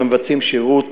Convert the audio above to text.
המבצעים שירות